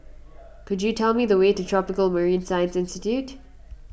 could you tell me the way to Tropical Marine Science Institute